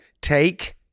Take